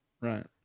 right